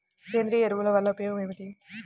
సేంద్రీయ ఎరువుల వల్ల ఉపయోగమేమిటీ?